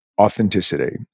authenticity